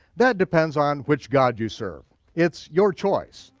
that depends on which god you serve, it's your choice.